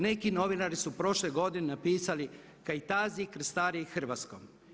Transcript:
Neki novinari su prošle godine napisali Kajtazi krstari Hrvatskom.